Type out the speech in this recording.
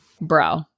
bro